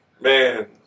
Man